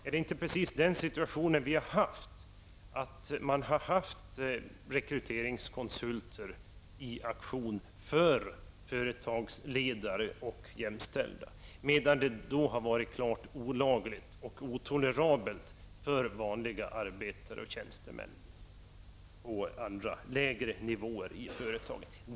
Är det inte precis den situationen som vi har upplevt -- dvs. att rekryteringskonsulter har varit i aktion för företagsledare och med dem jämställda, medan det här har varit klart olagligt och icke tolerabelt när det gäller vanliga arbetare och tjänstemän på lägre nivåer i företagen?